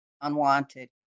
unwanted